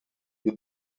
you